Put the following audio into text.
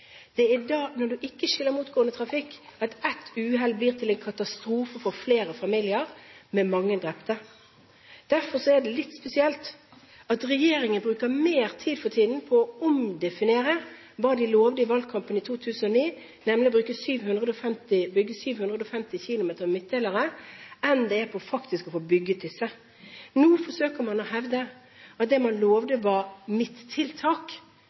at et uhell blir til en katastrofe for flere familier, med mange drepte. Derfor er det litt spesielt at regjeringen for tiden bruker mer tid på å omdefinere hva de lovte i valgkampen 2009, nemlig å bygge 750 km midtdelere, enn de bruker på å få bygget disse. Nå forsøker man å hevde at det man lovte, var